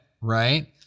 right